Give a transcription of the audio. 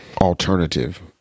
alternative